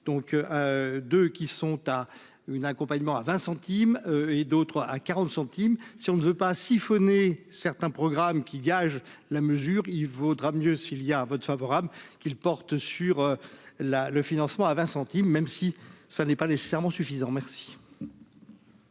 donc de qui sont à une accompagnement à 20 centimes et d'autres à 40 centimes si on ne veut pas siphonner certains programmes qui gage la mesure il vaudra mieux s'il y a vote favorable qu'il porte sur la le financement à 20 centimes, même si ça n'est pas nécessairement suffisant merci.